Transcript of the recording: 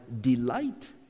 delight